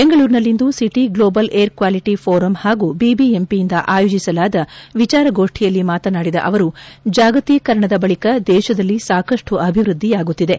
ಬೆಂಗಳೂರಿನಲ್ಲಿಂದು city global air quality forum ಹಾಗೂ ಬಿಬಿಎಂಪಿಯಿಂದ ಆಯೋಜಿಸಲಾದ ವಿಚಾರಗೋಷ್ನಿಯಲ್ಲಿ ಮಾತನಾಡಿದ ಅವರು ಜಾಗತೀಕರಣದ ಬಳಕ ದೇಶದಲ್ಲಿ ಸಾಕಷ್ಟು ಅಭಿವ್ವಧ್ಲಿಯಾಗುತ್ತಿದೆ